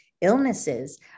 illnesses